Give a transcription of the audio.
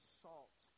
salt